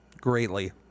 greatly